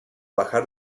bajar